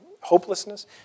hopelessness